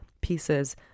pieces